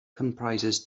comprises